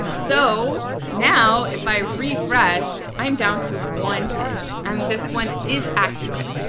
so now if i refresh i'm down to one hint and this one is accurate.